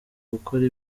gukora